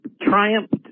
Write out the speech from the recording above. triumphed